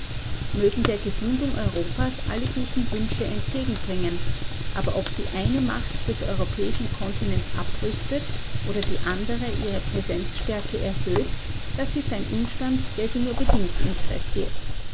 mögen der gesundung europas alle guten wünsche entgegenbringen aber ob die eine macht des europäischen kontinents abrüstet oder die andere ihre präsenzstärke erhöht das ist ein umstand der sie nur bedingt interessiert